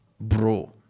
Bro